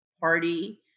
Party